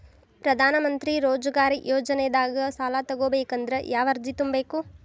ಪ್ರಧಾನಮಂತ್ರಿ ರೋಜಗಾರ್ ಯೋಜನೆದಾಗ ಸಾಲ ತೊಗೋಬೇಕಂದ್ರ ಯಾವ ಅರ್ಜಿ ತುಂಬೇಕು?